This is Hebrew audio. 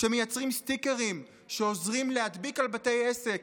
שמייצרים סטיקרים שמודבקים על בתי עסק: